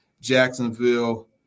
Jacksonville